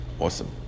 Awesome